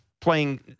playing